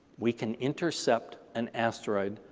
we can intercept an asteroid,